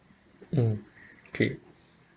mm okay